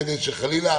כדי שחלילה